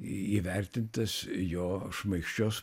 įvertintas jo šmaikščios